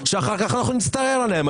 שאחר כך אנחנו נצטער עליהן.